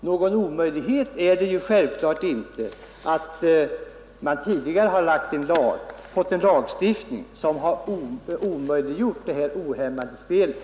Någon omöjlighet skulle det självfallet inte ha varit att man tidigare hade fått en lagstiftning som förhindrat det här ohämmade spelet.